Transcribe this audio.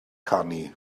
canu